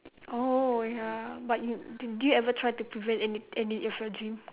oh ya but you you did you ever try to prevent any any of your dream